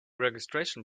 registration